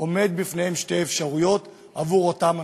עומדות בפניהם שתי אפשרויות, עבור אותם אנשים: